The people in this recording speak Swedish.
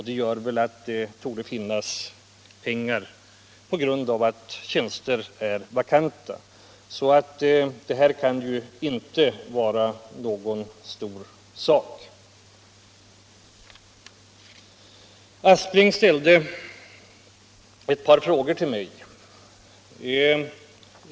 Det torde därför finnas pengar kvar på grund av att tjänster är vakanta. Medelsanvisningen kan alltså inte vara någon stor fråga. Herr Aspling ställde ett par frågor till mig.